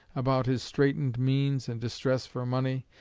about his straitened means and distress for money,